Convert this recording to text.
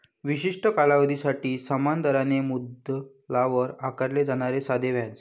विशिष्ट कालावधीसाठी समान दराने मुद्दलावर आकारले जाणारे साधे व्याज